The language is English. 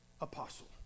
apostle